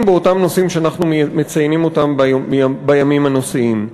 באותם נושאים שאנחנו מציינים אותם בימים הנושאיים.